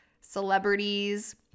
celebrities